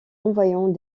envoyant